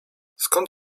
skąd